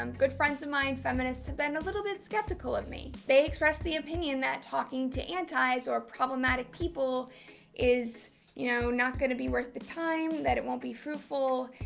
um good friends of mine feminists have been a little bit skeptical of me. they expressed the opinion that talking to antis or problematic people is you know not going to be worth the time, that it won't be fruitful,